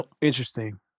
Interesting